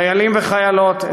חיילים וחיילות,